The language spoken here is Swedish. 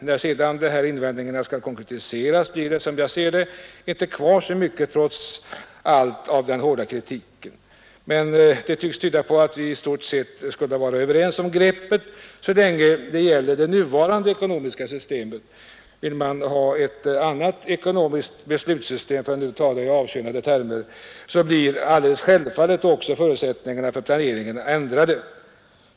När sedan invändningarna skall konkretiseras blir det, som jag ser det, trots allt inte kvar så mycket av den hårda kritiken. Det tycks tyda på att vi skulle vara överens om greppet så länge det gäller det nuvarande ekonomiska systemet. Vill vi ha ett annat ekonomiskt beslutssystem — för att tala i avkönade termer — så blir självfallet också förutsättningarna för planeringen ändrade.